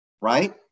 Right